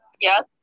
Yes